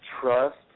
trust